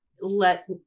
let